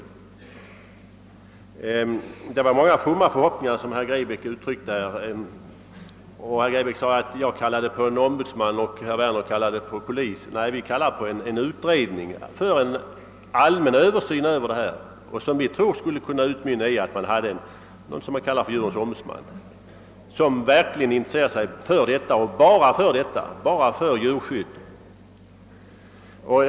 Herr Grebäck uttryckte många fromma förhoppningar; han sade dessutom att jag kallade på en ombudsman medan herr Werner kallade på polis. Nej, vi har kallat på en utredning om en allmän översyn över förhållandena, något som vi tror skulle kunna utmynna i tillsättandet av ett slags djurens ombudsman, vilken bara skulle intressera sig för djurskyddsfrågor.